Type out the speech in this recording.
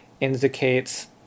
indicates